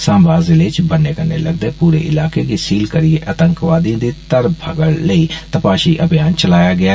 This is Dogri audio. सांबा जिले च बन्ने कन्नै लगदे पूरे इलाके गी सील करियै आतंकवादिएं दी धर फगड़ लेई तपाषी अभियान चलाया गेआ